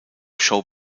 show